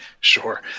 sure